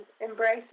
embrace